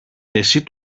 εσύ